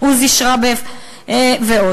עוזי שרבף ועוד: